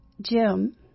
Jim